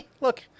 look